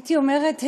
הייתי אומרת,